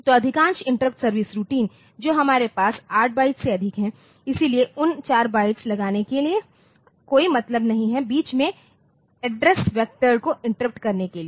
तो अधिकांश interrupt service routine जो हमारे पास 8 बाइट्स से अधिक है इसलिए उन 4 बाइट्स लगाने के लिए कोई मतलब नहीं है बीच में एड्रेस वेक्टर को इंटरप्ट करने के लिए